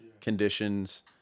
conditions